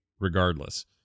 regardless